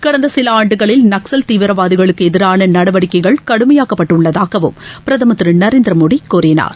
கடந்த சில ஆண்டுகளில் நக்சல் தீவிரவாதிகளுக்கு எதிரான நடவடிக்கைகள் கடுமையாக்கப்பட்டுள்ளதாகவும் பிரதமர் திரு நரேந்திர மோடி கூறினார்